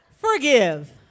Forgive